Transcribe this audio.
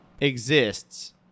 exists